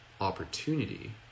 opportunity